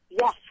Yes